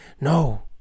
no